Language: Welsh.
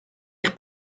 eich